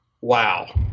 wow